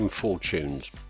Fortunes